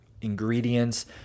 ingredients